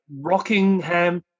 Rockingham